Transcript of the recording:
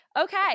okay